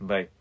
Bye